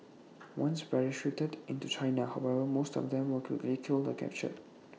once parachuted into China however most of them were quickly killed or captured